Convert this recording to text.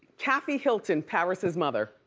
kathy hilton, paris's mother,